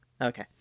Okay